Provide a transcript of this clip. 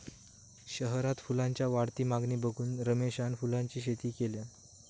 शहरात फुलांच्या वाढती मागणी बघून रमेशान फुलांची शेती केल्यान